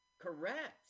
Correct